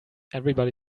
everybody